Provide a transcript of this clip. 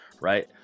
right